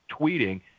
tweeting